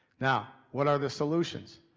now. what are the solutions?